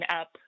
up